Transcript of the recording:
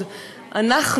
אנחנו,